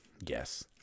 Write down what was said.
yes